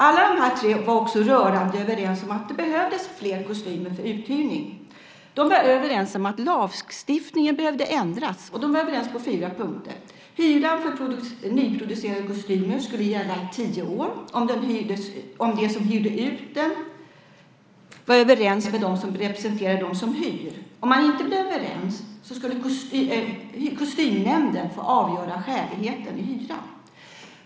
Alla tre var också rörande överens om att det behövdes fler kostymer för uthyrning. De var överens om att lagstiftningen behövde ändras, och de var överens på fyra punkter: Hyran för nyproducerade kostymer skulle gälla i tio år om de som hyrde ut den var överens med dem som representerar dem som hyr. Om man inte blev överens skulle kostymnämnden få avgöra skäligheten i hyran.